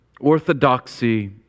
Orthodoxy